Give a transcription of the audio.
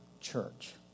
church